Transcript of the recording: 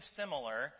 similar